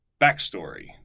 backstory